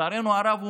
לצערנו הרב,